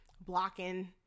blocking